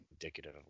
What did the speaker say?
indicative